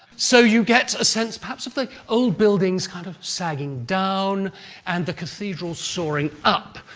so, you get a sense perhaps of the old buildings kind of sagging down and the cathedral soaring up.